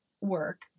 work